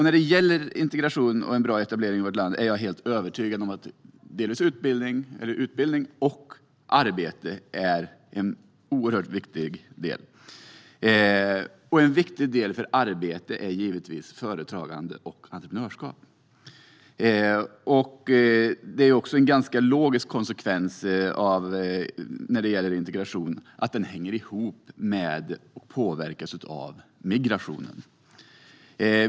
När det gäller integration och en bra etablering i vårt land är jag helt övertygad om att utbildning och arbete är oerhört viktiga delar. Och en viktig del för arbete är givetvis företagande och entreprenörskap. Det är också en logisk konsekvens att integration hänger ihop med och påverkas av migrationen.